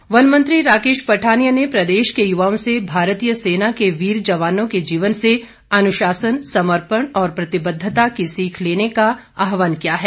पठानिया वन मंत्री राकेश पठानिया ने प्रदेश के युवाओं से भारतीय सेना के वीर जवानों के जीवन से अनुशासन समर्पण और प्रतिबद्धता की सीख लेने का आहवान किया है